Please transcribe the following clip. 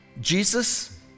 Jesus